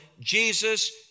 Jesus